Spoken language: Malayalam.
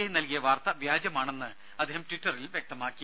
ഐ നൽകിയ വാർത്ത വ്യാജമാണെന്ന് അദ്ദേഹം ട്വിറ്ററിൽ വ്യക്തമാക്കി